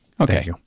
Okay